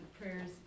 prayers